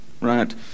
Right